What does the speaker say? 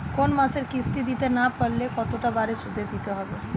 কোন মাসে কিস্তি না দিতে পারলে কতটা বাড়ে সুদ দিতে হবে?